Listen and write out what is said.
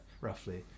roughly